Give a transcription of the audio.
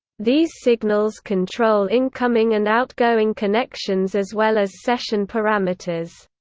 these signals control incoming and outgoing connections as well as session parameters.